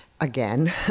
again